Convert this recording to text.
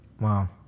Wow